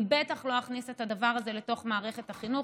אני בטח לא אכניס את הדבר הזה לתוך מערכת החינוך.